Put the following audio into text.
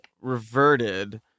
reverted